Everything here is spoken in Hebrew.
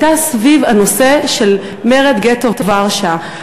הייתה סביב הנושא של מרד גטו ורשה.